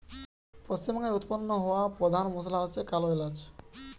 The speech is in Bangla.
পশ্চিমবাংলায় উৎপাদন হওয়া পোধান মশলা হচ্ছে কালো এলাচ